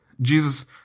Jesus